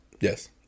Yes